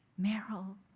Meryl